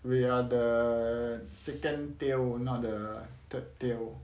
we are the second tier not the third tier